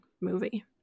movie